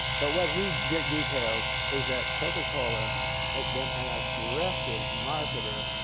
but what he details is that coca-cola has been an aggressive marketer.